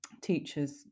teachers